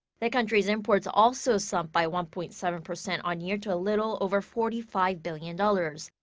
the country's imports also slumped by one-point-seven-percent on-year to a little over forty five billion dollars.